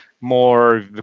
more